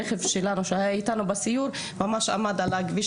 הרכב שהיה איתנו בסיור עמד שם על הכביש